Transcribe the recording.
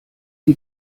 die